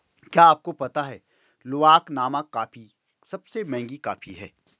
क्या आपको पता है लूवाक नामक कॉफ़ी सबसे महंगी कॉफ़ी है?